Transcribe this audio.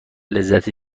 لذت